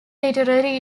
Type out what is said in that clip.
literary